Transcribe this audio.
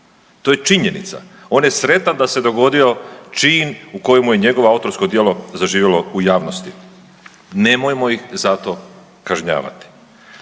To je činjenica. On je sretan da se dogodio čin u kojemu je njegovo autorsko djelo zaživjelo u javnosti. Nemojmo ih zato kažnjavati.